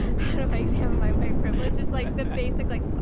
kind of i examine my white privilege just like the basic like,